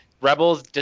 Rebels